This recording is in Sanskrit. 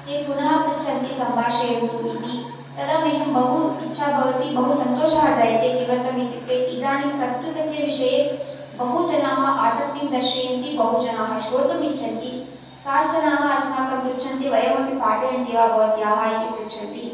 ते पुनः पृच्छन्ति सम्भाषयन्तु इति तदा मह्यं बहु इच्छा भवति बहु सान्तोषः जायते किमर्थम् इत्युक्ते इदानीं संस्कृतस्य विषये बहु जनाः आसक्तिं दर्शयन्ति बहु जनाः श्रोतुम् इच्छन्ति काश्चनाः अस्माकं पृच्छन्ति वयमपि पाठयन्ति वा भवत्याः इति पृच्छन्ति